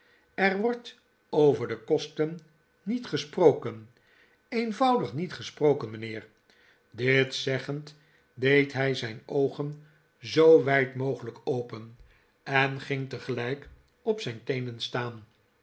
er wordt over de kosten niet gesproken eenvoudig niet gesproken mijnheer dit zeggend deed hij zijn oogen zoo wijd mogelijk open en ging tegelijk op zijn teenen staan